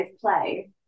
play